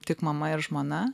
tik mama ir žmona